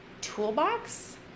toolbox